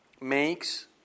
makes